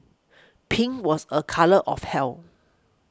pink was a colour of health